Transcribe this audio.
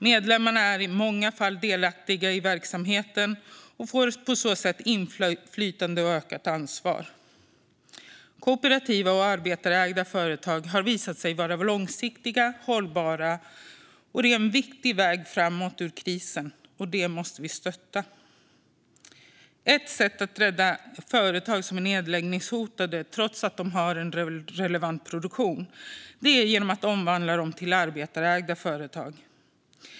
Medlemmarna är i många fall delaktiga i verksamheten och får på så sätt inflytande och ökat ansvar. Kooperativa och arbetarägda företag har visat sig vara långsiktiga och hållbara. Det är en viktig väg framåt ur krisen, och det måste vi stötta. Ett sätt är att rädda företag som är nedläggningshotade, trots att de har en relevant produktion, är att omvandla dem till arbetarägda företag.